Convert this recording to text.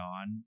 on